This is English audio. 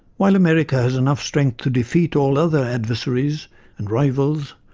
while america has enough strength to defeat all other adversaries and rivals,